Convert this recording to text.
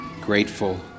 grateful